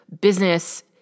business